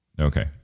Okay